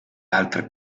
altre